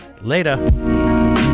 Later